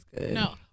No